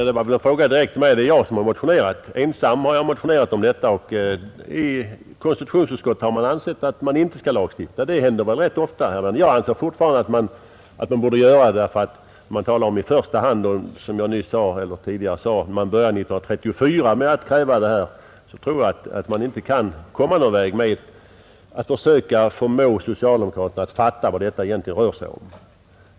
Herr talman! Frågan var väl riktad direkt till mig. Jag har ju ensam motionerat om detta. I konstitutionsutskottet har man ansett att vi inte skall lagstifta. Det händer rätt ofta att motionsyrkanden inte bifalles. Jag anser fortfarande att vi borde lagstifta. Som jag tidigare sade började man nämligen redan 1934 att kräva förbud mot kollektivanslutning, och jag misströstar om att man kan komma någonstans med att försöka förmå socialdemokraterna att fatta vad det egentligen rör sig om.